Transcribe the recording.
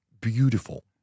beautiful